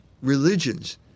religions